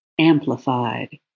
amplified